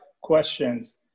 questions